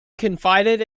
confided